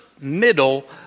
middle